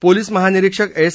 police महानिरीक्षक S